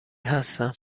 هستم